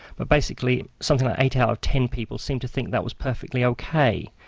but basically something like eight out of ten people seemed to think that was perfectly ok.